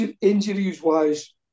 injuries-wise